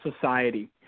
society